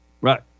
right